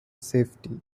safety